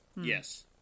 Yes